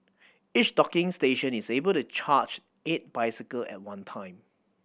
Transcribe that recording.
each docking station is able to charge eight bicycle at one time